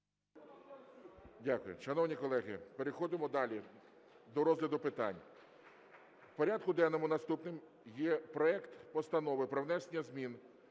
Дякую. Шановні колеги, переходимо далі до розгляду питань. В порядку денному наступним є проект Постанови про внесення змін